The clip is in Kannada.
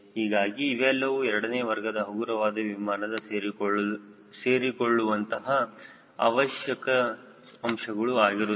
ಹೀಗಾಗಿ ಇವೆಲ್ಲವೂ ಎರಡನೇ ವರ್ಗದ ಹಗುರವಾದ ವಿಮಾನದ ಸೇರಿಕೊಳ್ಳಲು ಇರುವಂತಹ ಅವಶ್ಯಕ ಅಂಶಗಳು ಆಗಿರುತ್ತದೆ